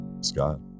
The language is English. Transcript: Scott